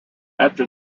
after